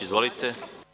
Izvolite.